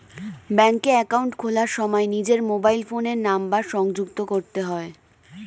ব্যাঙ্কে অ্যাকাউন্ট খোলার সময় নিজের মোবাইল ফোনের নাম্বার সংযুক্ত করতে হয়